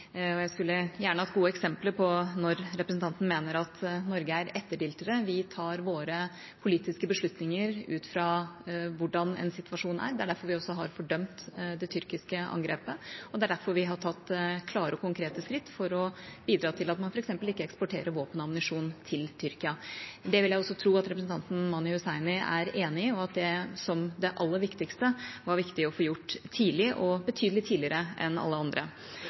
Jeg skulle gjerne hatt gode eksempler på når representanten mener at Norge er etterdiltere. Vi tar våre politiske beslutninger ut fra hvordan en situasjon er. Det er derfor vi har fordømt det tyrkiske angrepet, og det er derfor vi har tatt klare og konkrete skritt for å bidra til at man f.eks. ikke eksporterer våpen og ammunisjon til Tyrkia. Det vil jeg også tro at representanten Mani Hussaini er enig i – og at det, som det aller viktigste, var viktig å få gjort det tidlig og betydelig tidligere enn alle andre.